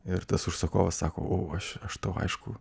ir tas užsakovas sako o aš aš tau aišku